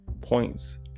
points